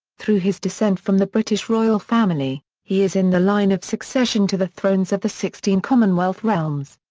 through his descent from the british royal family, he is in the line of succession to the thrones of the sixteen commonwealth realms.